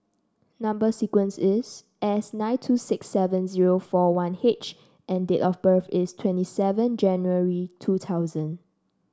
number sequence is S nine two six seven zero four one H and date of birth is twenty seven January two thousand